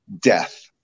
Death